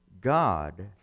God